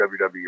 WWE